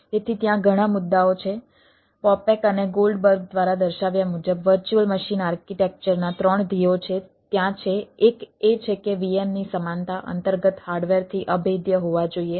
તેથી ત્યાં ઘણા મુદ્દાઓ છે પોપેક અને ગોલ્ડબર્ગ દ્વારા દર્શાવ્યા મુજબ વર્ચ્યુઅલ મશીન આર્કિટેક્ચરના 3 ધ્યેયો છે ત્યાં છે 1 એ છે કે VM ની સમાનતા અંતર્ગત હાર્ડવેરથી અભેદ્ય હોવા જોઈએ